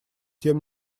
тем